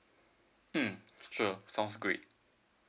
mm sure sounds great